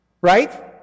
Right